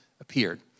appeared